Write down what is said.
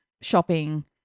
shopping